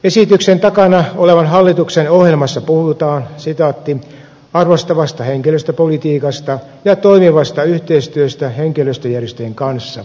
esityksen takana olevan hallituksen ohjelmassa puhutaan arvostavasta henkilöstöpolitiikasta ja toimivasta yhteistyöstä henkilöstöjärjestöjen kanssa